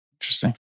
Interesting